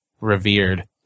revered